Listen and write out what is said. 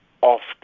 often